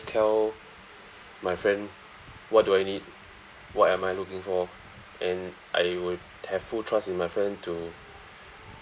tell my friend what do I need what am I looking for and I would have full trust in my friend to